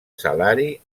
salari